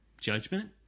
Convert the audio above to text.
judgment